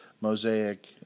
Mosaic